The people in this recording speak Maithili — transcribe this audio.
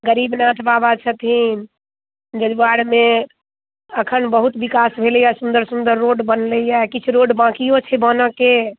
गरीबनाथ बाबा छथिन जजुआरमे अखन बहुत विकास भेलैया सुंदर सुंदर रोड बनलैया किछु रोड बाकिओ छै बनऽ के